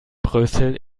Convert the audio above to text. brüssel